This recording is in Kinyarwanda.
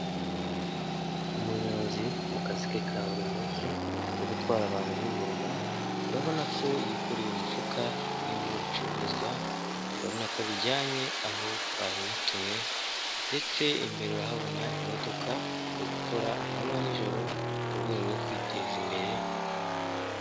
Umunyozi mu kazi ke ka buri munsi ko gutwara abantu n'ibintu, urabona ko yikoreye umufuka urimo ibicuruzwa, urabona ko abijyanye aho babimutumye ndetse imbere urahabona imodoka, ari gukora amanywa n'ijoro mu rwego rwo kwiteza imbere.